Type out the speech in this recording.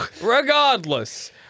Regardless